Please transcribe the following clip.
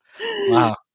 Wow